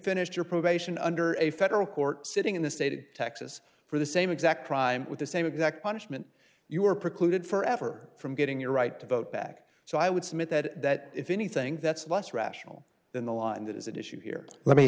finished your probation under a federal court sitting in the stated taxes for the same exact crime with the same exact punishment you were precluded forever from getting your right to vote back so i would submit that if anything that's less rational than the law and that is at issue here let me